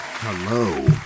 Hello